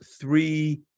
three